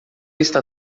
está